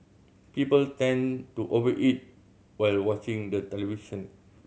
people tend to over eat while watching the television